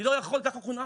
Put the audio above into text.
אני לא יכול, ככה חונכתי.